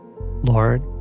Lord